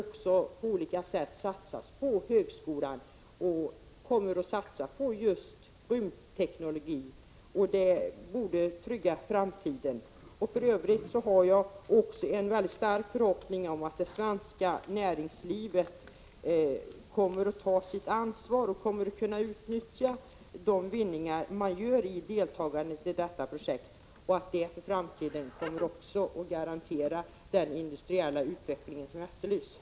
Vi har på olika sätt satsat på högskolan, och vi kommer att satsa på just rymdteknologin. Detta borde trygga framtiden. För övrigt har jag också en mycket stark förhoppning att det svenska näringslivet kommer att ta sitt ansvar och kommer att kunna utnyttja de vinster man gör genom deltagandet i projektet. Också detta kommer att för framtiden garantera den industriella utveckling som här efterlyses.